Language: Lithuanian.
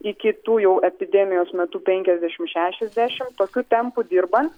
iki tų jau epidemijos metu penkiasdešim šešiasdešim tokiu tempu dirbant